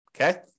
Okay